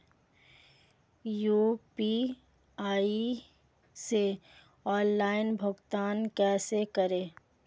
UPI से online भुगतान कैसे करें?